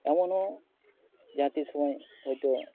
ᱟᱨᱚ ᱱᱚᱣᱟ ᱡᱟᱦᱟᱸᱛᱤᱱ ᱥᱚᱢᱚᱱ ᱦᱚᱭᱛᱚ